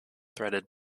threaded